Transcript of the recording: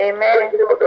Amen